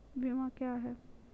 बीमा क्या हैं?